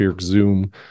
zoom